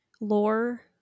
lore